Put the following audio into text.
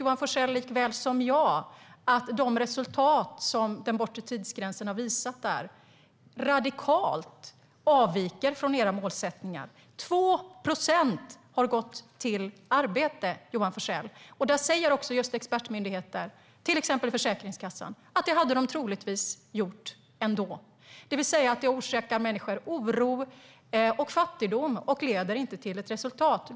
Johan Forssell vet lika väl som jag att de resultat som den bortre tidsgränsen har visat radikalt avviker från era målsättningar. 2 procent har gått tillbaka till arbete, Johan Forssell. Expertmyndigheter, till exempel Försäkringskassan, säger att de troligtvis hade gjort det ändå. Det här orsakar människor oro och fattigdom, och det leder inte till något resultat.